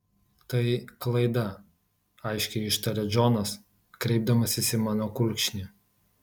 tai klaida aiškiai ištaria džonas kreipdamasis į mano kulkšnį